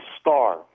star